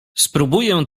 spróbuję